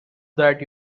that